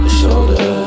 shoulder